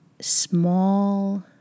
small